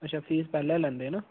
अच्छा फीस पैह्ले लैंदे ना